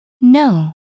No